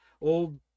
old